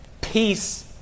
peace